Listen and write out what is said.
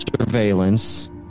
surveillance